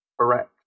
correct